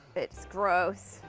it is gross.